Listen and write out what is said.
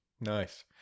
Nice